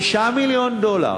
5 מיליון דולר.